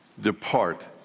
depart